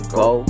go